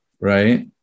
right